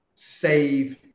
save